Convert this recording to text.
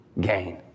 gain